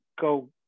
go